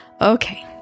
Okay